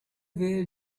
were